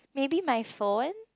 maybe my phone